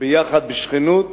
ביחד בשכנות